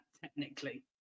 technically